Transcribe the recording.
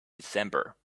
december